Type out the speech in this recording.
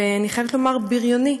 ואני חייבת לומר: בריוני.